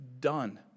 done